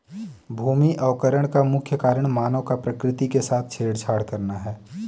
भूमि अवकरण का मुख्य कारण मानव का प्रकृति के साथ छेड़छाड़ करना है